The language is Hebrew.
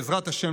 בעזרת השם,